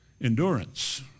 endurance